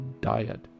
diet